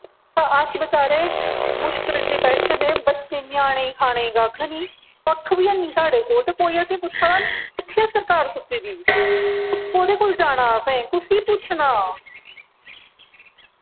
अस बेचारे मुश्कल च बैठे दे बच्चे ञ्यानें गी खाने गी कक्ख निं कक्ख बी हैन्नी साढ़े कोल ते कोई असें गी पुच्छा दा निं कु'त्थै ऐ सरकार सुत्ती दी कोह्दे कोल जाना असें कुस्सी पुच्छना